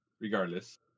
Regardless